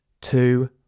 two